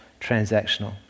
transactional